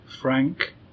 frank